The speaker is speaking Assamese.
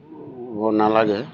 ব নালাগে